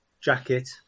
jacket